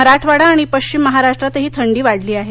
मराठवाडा आणि पश्चिम महाराष्ट्रातही थंडी वाढली आहे